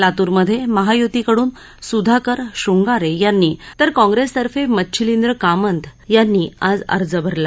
लातूरमधे महायुतीकडून सुधाकर शृंगारे यांनी तर काँप्रेसतर्फे मच्छिलिंद्र कामंत यांनी आज अर्ज भरला